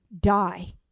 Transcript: die